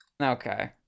Okay